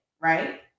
right